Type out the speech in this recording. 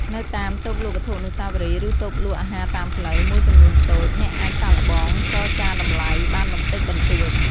នៅតាម តូបលក់វត្ថុអនុស្សាវរីយ៍ ឬ តូបលក់អាហារតាមផ្លូវ មួយចំនួនតូច អ្នកអាចសាកល្បង ចរចាតម្លៃ បានបន្តិចបន្តួច។